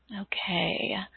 Okay